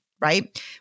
right